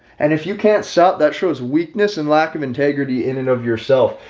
and if you can't sell it that shows weakness and lack of integrity in and of yourself,